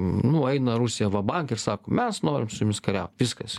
nu eina rusija va bank ir sako mes norim su jumis kariauti viskas